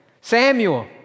Samuel